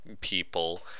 people